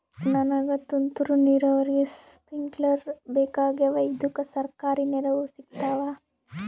ನನಗ ತುಂತೂರು ನೀರಾವರಿಗೆ ಸ್ಪಿಂಕ್ಲರ ಬೇಕಾಗ್ಯಾವ ಇದುಕ ಸರ್ಕಾರಿ ನೆರವು ಸಿಗತ್ತಾವ?